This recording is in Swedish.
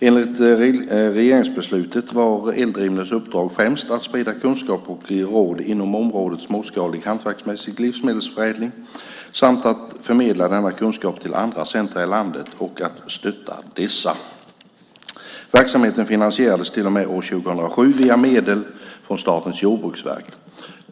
Enligt regeringsbeslut var Eldrimners uppdrag främst att sprida kunskap och ge råd inom området småskalig hantverksmässig livsmedelsförädling samt att förmedla denna kunskap till andra centrum i landet och att stötta dessa. Verksamheten finansierades till och med år 2007 via medel från Statens jordbruksverk.